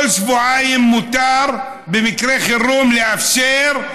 כל שבועיים מותר, במקרה חירום, לאפשר,